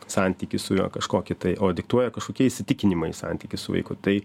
santykį su juo kažkokį tai o diktuoja kažkokie įsitikinimai santykį su vaiku tai